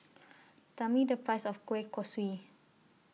Tell Me The Price of Kueh Kosui